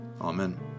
Amen